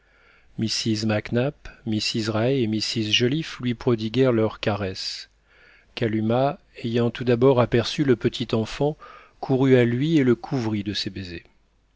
mrs raë et mrs joliffe lui prodiguèrent leurs caresses kalumah ayant tout d'abord aperçu le petit enfant courut à lui et le couvrit de ses baisers